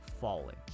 falling